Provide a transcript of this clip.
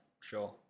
sure